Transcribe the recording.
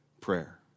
prayer